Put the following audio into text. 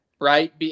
right